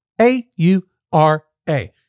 A-U-R-A